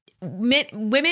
women